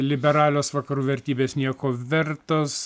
liberalios vakarų vertybės nieko vertos